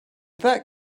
that